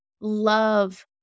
love